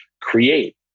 create